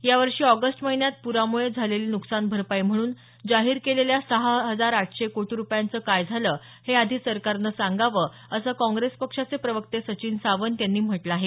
यावर्षी ऑगस्ट महिन्यात पुरामुळे झालेली नुकसान भरपाई म्हणून जाहीर केलेल्या सहा हजार आठशे कोटी रुपयांचं काय झालं हे आधी सरकारनं सांगावं असं काँग्रेस पक्षाचे प्रवक्ते सचिन सावंत यांनी म्हटलं आहे